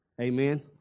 Amen